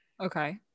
okay